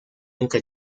nunca